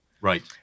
Right